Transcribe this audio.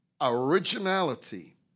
originality